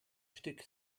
stück